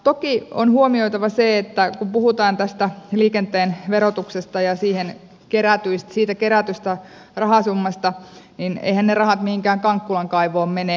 toki on huomioitava se että kun puhutaan tästä liikenteen verotuksesta ja siitä kerätystä rahasummasta niin eiväthän ne rahat mihinkään kankkulan kaivoon mene